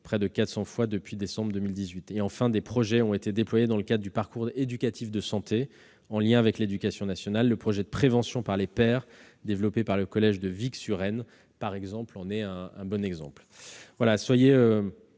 près de 400 fois depuis décembre 2018. Enfin, des projets ont été déployés dans le cadre du parcours éducatif de santé, en liaison avec l'éducation nationale. Le projet de prévention par les pairs développé par le collège de Vic-sur-Aisne en est un bon exemple. Le